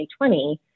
2020